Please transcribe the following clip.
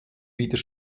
wieder